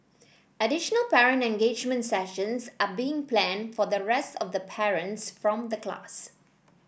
additional parent engagement sessions are being planned for the rest of the parents from the class